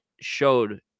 showed